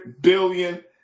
billion